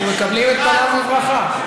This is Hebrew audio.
אנחנו מקבלים את פניו בברכה.